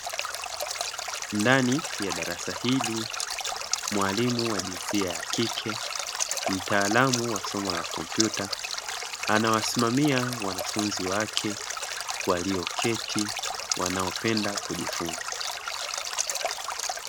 Ndani ya darasa hili, mwalimu wa jinsia ya kike mtaalamu wa somo la komputa, anawasimamia wanafunzi wake walio keti wanaopenda kujifunza.